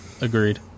Agreed